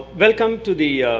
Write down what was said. welcome to the